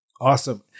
Awesome